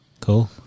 Cool